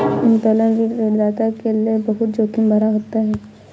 उत्तोलन ऋण ऋणदाता के लये बहुत जोखिम भरा होता है